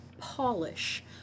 polish